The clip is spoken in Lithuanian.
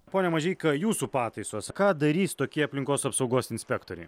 pone mažeika jūsų pataisos ką darys tokie aplinkos apsaugos inspektoriai